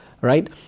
right